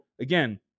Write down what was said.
again